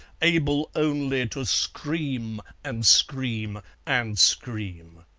able only to scream and scream and scream.